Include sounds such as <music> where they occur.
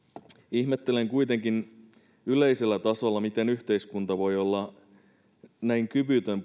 ihmettelen kuitenkin yleisellä tasolla miten yhteiskunta voi olla näin kyvytön <unintelligible>